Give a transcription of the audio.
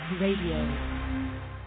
Radio